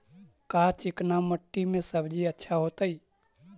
का चिकना मट्टी में सब्जी अच्छा होतै?